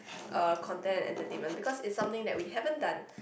uh content entertainment because it's something that we haven't done